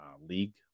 league